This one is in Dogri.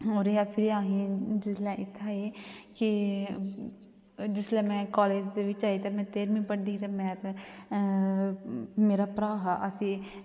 ओह् रेहा फिर असें जिसलै इत्थें आए कि जिसलै में कॉलेज दे बिच आई ते में तेरमीं पढ़दी ही ते में ते मेरा भ्राऽ हा अस एह्